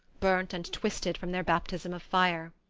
burnt and twisted from their baptism of fire.